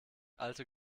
alte